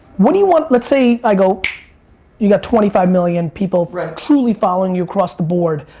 what do you want, let's say, i go you've got twenty five million people truly following you across the board,